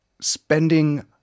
spending